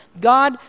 God